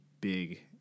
big